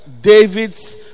david's